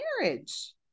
marriage